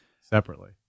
separately